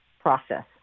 process